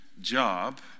job